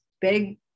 big